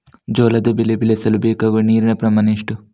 ಜೋಳದ ಬೆಳೆ ಬೆಳೆಸಲು ಬೇಕಾಗುವ ನೀರಿನ ಪ್ರಮಾಣ ಎಷ್ಟು?